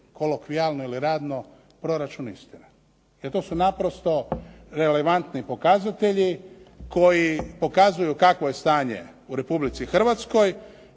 kolokvijalno ili radno proračun istine jer to su naprosto relevantni pokazatelji koji pokazuju kakvo je stanje u Republici Hrvatskoj